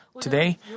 today